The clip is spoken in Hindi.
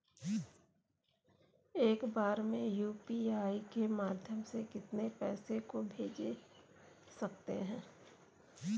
एक बार में यू.पी.आई के माध्यम से कितने पैसे को भेज सकते हैं?